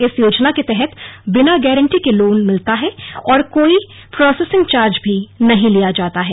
इस योजना के तहत बिना गारंटी के लोन मिलता है और कोई प्रोसेसिंग चार्ज भी नहीं लिया जाता है